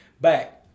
back